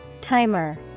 Timer